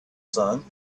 sun